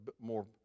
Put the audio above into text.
more